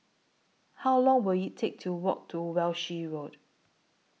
How Long Will IT Take to Walk to Walshe Road